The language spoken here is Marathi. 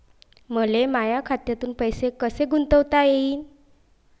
मले माया खात्यातून पैसे कसे गुंतवता येईन?